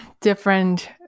different